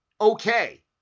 okay